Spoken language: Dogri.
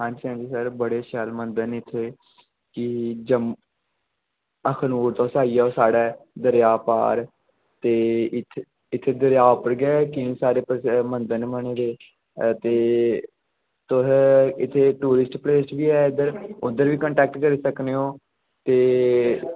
आं जी हां जी सर बड़े शैल मंदर न इत्थे कि जम्मू अखनूर तुस आई जाओ साढे दरेआ पार ते इत्थै इत्थै दरेआ उप्पर गै केईं सारे मंदर न बने दे ते तुस इत्थै टूरिस्ट प्लेस बी ऐ उद्धर उत्थै बी कंटेक्ट करी सकने ओ ते